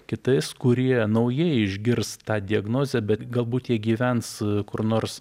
kitais kurie naujai išgirs tą diagnozę bet galbūt jie gyvens kur nors